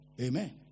Amen